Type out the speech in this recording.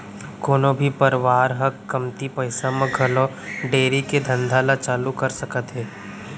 कोनो भी परवार ह कमती पइसा म घलौ डेयरी के धंधा ल चालू कर सकत हे